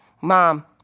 Mom